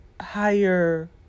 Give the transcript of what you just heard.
higher